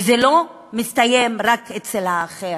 וזה לא מסתיים רק אצל האחר,